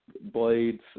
blades